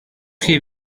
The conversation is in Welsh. chi